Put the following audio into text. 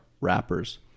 wrappers